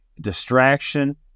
distraction